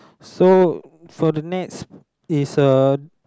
so so the nets is a